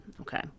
okay